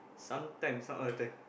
sometimes not all the time